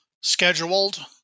scheduled